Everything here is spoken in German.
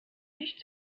nicht